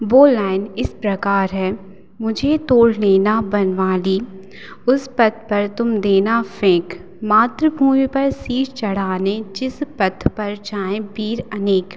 वो लाइन इस प्रकार है मुझे तोड़ लेना बनमाली उस पथ पर तुम देना फ़ेंक मातृभूमि पर शीष चढ़ाने जिस पथ पर जाएँ वीर अनेक